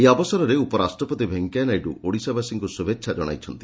ଏହି ଅବସରରେ ଉପରାଷ୍ଟପତି ଭେଙ୍କୟା ନାଇଡୁ ଓଡ଼ିଶାବାସୀଙ୍କୁ ଶୁଭେଛା ଜଣାଇଛନ୍ତି